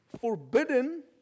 Forbidden